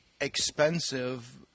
expensive